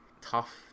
tough